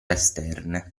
esterne